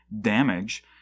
damage